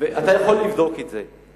אתה יכול לבדוק את זה.